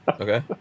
Okay